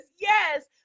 Yes